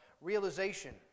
realization